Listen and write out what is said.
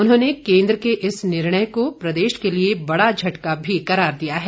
उन्होंने केन्द्र के इस निर्णय को प्रदेश के लिए बड़ा झटका भी करार दिया है